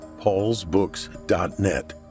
paulsbooks.net